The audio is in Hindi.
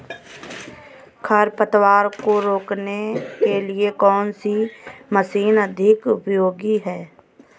खरपतवार को रोकने के लिए कौन सी मशीन अधिक उपयोगी है?